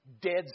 dead